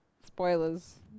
spoilers